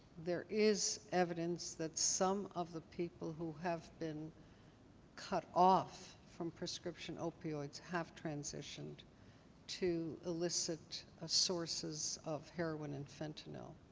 there is evidence that some of the people who have been cut off from prescription opioids have transitioned to illicit ah sources of heroin and fentanyl.